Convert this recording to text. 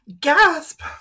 Gasp